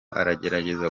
aragerageza